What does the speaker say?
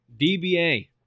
dba